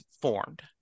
formed